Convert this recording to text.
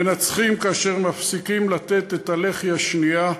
מנצחים כאשר מפסיקים לתת את הלחי השנייה,